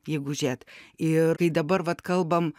jeigu žiūrėt ir tai dabar vat kalbam